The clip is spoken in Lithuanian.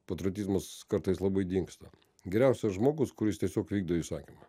patriotizmas kartais labai dingsta geriausias žmogus kuris tiesiog vykdo įsakymą